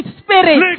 spirit